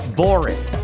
boring